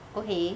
okay